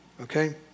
okay